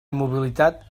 immobilitat